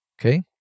Okay